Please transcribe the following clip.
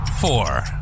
four